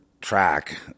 track